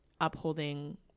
upholding